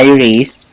Iris